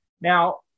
Now